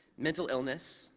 mental illness,